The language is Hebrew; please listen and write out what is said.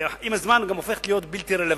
היא הופכת להיות בלתי רלוונטית.